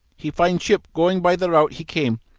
he find ship going by the route he came,